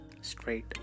straight